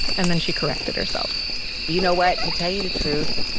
and then she corrected herself you know what? to tell you the truth,